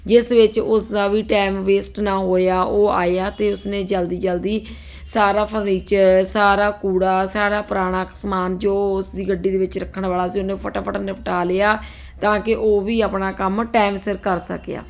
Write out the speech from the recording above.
ਜਿਸ ਵਿੱਚ ਉਸ ਦਾ ਵੀ ਟਾਈਮ ਵੇਸਟ ਨਾ ਹੋਇਆ ਉਹ ਆਇਆ ਅਤੇ ਉਸਨੇ ਜਲਦੀ ਜਲਦੀ ਸਾਰਾ ਫਰਨੀਚਰ ਸਾਰਾ ਕੂੜਾ ਸਾਰਾ ਪੁਰਾਣਾ ਸਮਾਨ ਜੋ ਉਸ ਦੀ ਗੱਡੀ ਦੇ ਵਿੱਚ ਰੱਖਣ ਵਾਲਾ ਸੀ ਉਹਨੇ ਫਟਾਫਟ ਨਿਪਟਾ ਲਿਆ ਤਾਂ ਕਿ ਉਹ ਵੀ ਆਪਣਾ ਕੰਮ ਟਾਈਮ ਸਿਰ ਕਰ ਸਕਿਆ